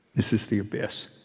this is the abyss.